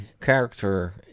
character